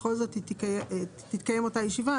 בכל זאת תתקיים אותה ישיבה,